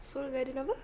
Seoul Garden apa